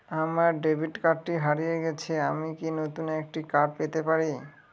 আমার ডেবিট কার্ডটি হারিয়ে গেছে আমি কি নতুন একটি কার্ড পেতে পারি?